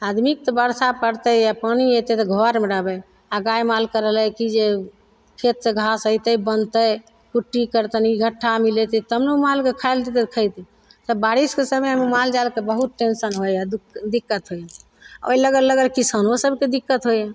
आदमीके तऽ बरसा पड़तय आओर पानि पड़तय तऽ घरमे रहबय आओर गाय मालके कि जे खेतसँ घास अयतय बनतय कुट्टी तब ने मालके खाइ लए देतय तऽ सब बारिशके समयमे माल जालके बहुत टेंशन होइ हइ दिक्कत हइ ओइ लगल लगल किसानोके दिक्कत हइ